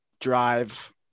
drive